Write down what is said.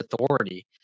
authority